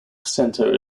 centre